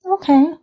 Okay